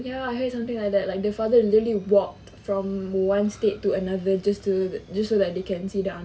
ya I heard something like that like the father literally walked from one state to another just to just so that they can see the anak